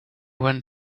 went